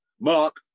Mark